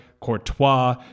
Courtois